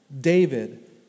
David